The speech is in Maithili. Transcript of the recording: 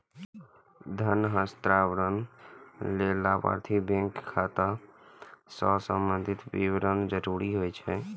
धन हस्तांतरण लेल लाभार्थीक बैंक खाता सं संबंधी विवरण जरूरी होइ छै